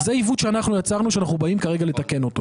זהו עיוות שאנחנו יצרנו, שאנחנו באים, כרגע, לתקן.